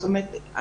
זאת אומרת,